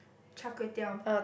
char-kway-teow